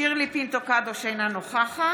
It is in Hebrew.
שירלי פינטו קדוש אינה נוכחת.